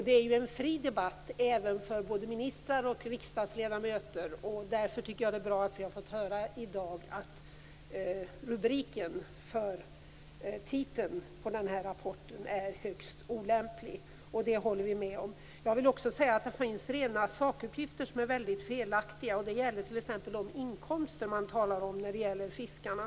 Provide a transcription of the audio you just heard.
Det är en fri debatt även för både ministrar och riksdagsledamöter. Därför tycker jag att det är bra att vi i dag har fått höra att titeln på rapporten är högst olämplig. Det håller vi med om. Jag vill också säga att det finns rena sakuppgifter som är väldigt felaktiga. Det gäller t.ex. de inkomster man talar om när det gäller fiskarna.